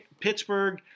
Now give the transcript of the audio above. Pittsburgh